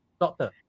doctor